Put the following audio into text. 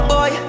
Boy